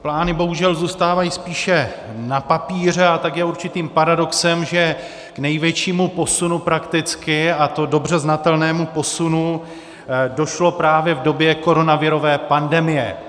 Plány bohužel zůstávají spíše na papíře, a tak je určitým paradoxem, že k největšímu posunu prakticky, a to dobře znatelnému posunu, došlo právě v době koronavirové pandemie.